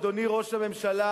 אדוני ראש הממשלה,